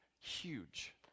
huge